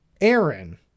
aaron